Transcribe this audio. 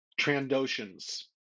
Trandoshans